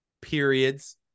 periods